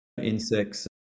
insects